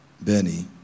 Benny